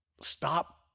Stop